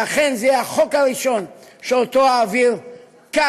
ואכן זה יהיה החוק הראשון שאעביר כאן,